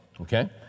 Okay